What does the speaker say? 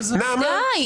די.